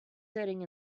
sitting